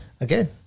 again